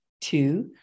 Two